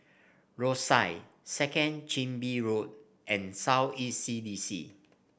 Rosyth Second Chin Bee Road and South East C D C